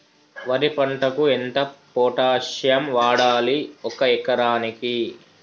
వరి పంటకు ఎంత పొటాషియం వాడాలి ఒక ఎకరానికి?